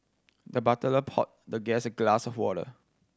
the butler poured the guest a glass of water